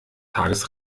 tages